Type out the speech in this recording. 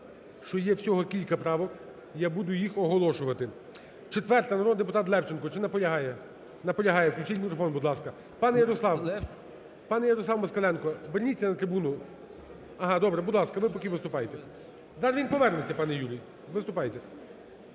що є всього кілька правок. Я буду їх оголошувати. 4-а, народний депутат Левченко. Чи наполягає? Наполягає. Включіть мікрофон, будь ласка. Пане Ярослав, пане Ярослав Москаленко, верніться на трибуну. Ага, добре, будь ласка. Ви поки виступайте. Та він повернеться, пане Юрій. Виступайте.